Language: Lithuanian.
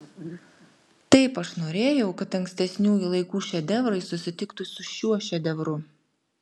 taip aš norėjau kad ankstesniųjų laikų šedevrai susitiktų su šiuo šedevru